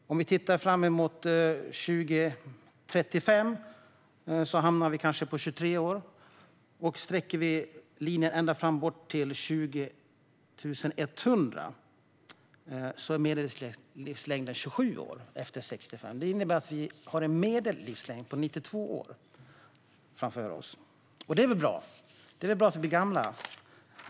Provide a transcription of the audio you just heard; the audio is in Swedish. Tittar vi fram mot år 2035 hamnar vi kanske på 23 år, och sträcker vi linjen ända bort till 2100 är medellivslängden 27 år över 65. Det innebär att vi får en medellivslängd på 92 år. Och det är väl bra att vi blir gamla?